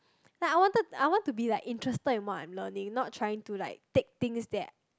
like I wanted I want to be like interested in what I'm learning not trying to like take things that